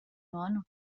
nono